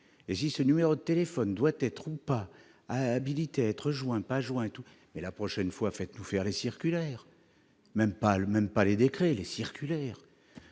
et si ce numéro de téléphone doit être ou pas habilité à être joint pas joint tout et la prochaine fois, faites-nous faire les circulaire même pas le même pas les décrets et les circulaires